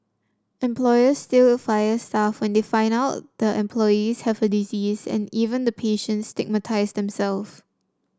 employers still fire staff when they find out the employees have the disease and even the patients stigmatise themselves